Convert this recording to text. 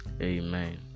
amen